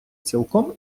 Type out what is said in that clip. цілком